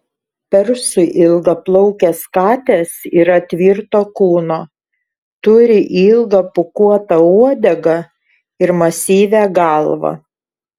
persų ilgaplaukės katės yra tvirto kūno turi ilgą pūkuotą uodegą ir masyvią galvą